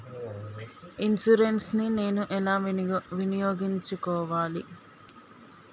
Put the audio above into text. Insurance ని నేను ఎలా వినియోగించుకోవాలి?